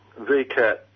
VCAT